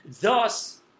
thus